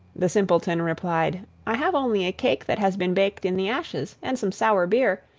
the simpleton replied i have only a cake that has been baked in the ashes, and some sour beer,